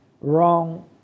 wrong